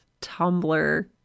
Tumblr